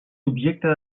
objecte